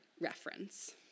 reference